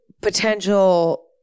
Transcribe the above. potential